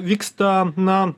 vyksta na